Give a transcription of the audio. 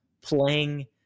playing